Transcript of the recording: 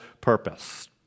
purpose